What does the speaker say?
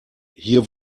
hier